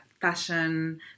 fashion